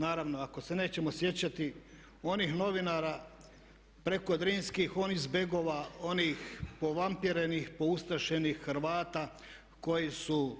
Naravno, ako se nećemo sjećati onih novinara prekodrinskih, onih zbegova, onih povampirenih, poustašenih Hrvata koji su